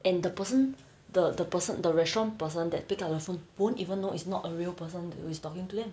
and the person the the person the restaurant person that picked up the phone won't even know it's not a real person who is talking to them